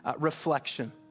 reflection